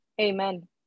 Amen